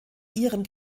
ihrem